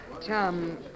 Tom